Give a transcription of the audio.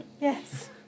Yes